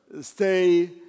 stay